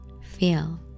feel